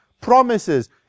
promises